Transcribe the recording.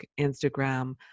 Instagram